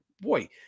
boy